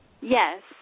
Yes